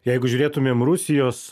jeigu žiūrėtumėm rusijos